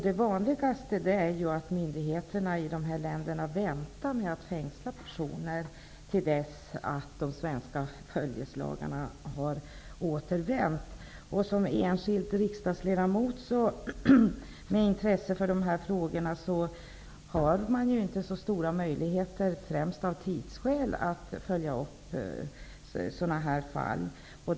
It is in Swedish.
Det vanligaste är att myndigheterna i de här länderna väntar med att fängsla personer till dess att de svenska följeslagarna har återvänt. Som enskild riksdagsledamot med intresse för dessa frågor har man inte så stora möjligheter, främst av tidskäl, att följa upp sådana fall.